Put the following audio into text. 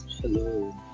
Hello